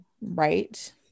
Right